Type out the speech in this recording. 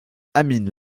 amine